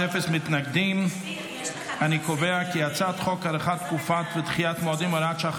את הצעת חוק הארכת תקופות ודחיית מועדים (הוראת שעה,